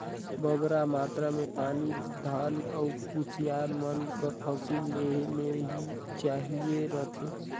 बगरा मातरा में पानी धान अउ कुसियार मन कर फसिल लेहे में ही चाहिए रहथे